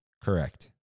Correct